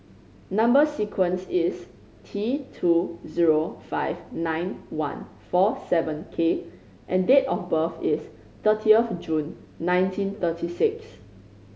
number sequence is T two zero five nine one four seven K and date of birth is thirty of June nineteen thirty six